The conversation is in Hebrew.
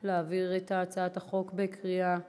להעביר את הצעת החוק בקריאה טרומית.